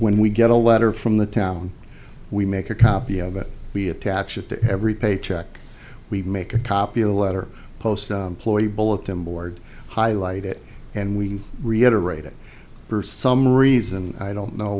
when we get a letter from the town we make a copy of it we attach it to every paycheck we make a copy of the letter post ploy bulletin board highlight it and we reiterate it for some reason i don't know